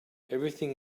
everything